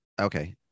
Okay